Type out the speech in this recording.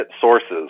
sources